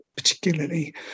particularly